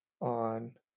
on